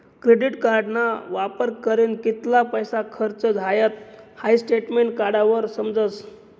credit कार्डना वापर करीन कित्ला पैसा खर्च झायात हाई स्टेटमेंट काढावर समजस